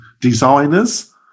Designers